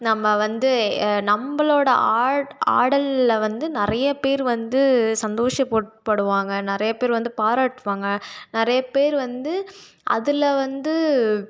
நம்ம வந்த நம்பளோடய ஆட் ஆடலில் வந்து நிறைய பேர் வந்து சந்தோஷப்பட் படுவாங்க நிறைய பேர் வந்து பாராட்டுவாங்க நிறைய பேர் வந்து அதில் வந்து